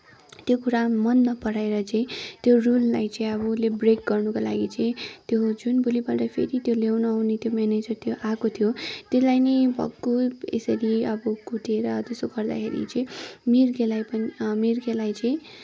त्यो कुरा मन नपराएर चाहिँ त्यो रुललाई चाहिँ अब उसले ब्रेक गर्नको लागि चाहिँ त्यो जुन भोलिपल्ट फेरि त्यो ल्याउन आउने त्यो म्यानेजर त्यो आएको थियो त्यसलाई नै भक्कु यसरी अब कुटेर त्यसो गर्दाखेरि चाहिँ मिर्गेलाई पनि मिर्गेलाई चाहिँ